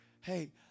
Hey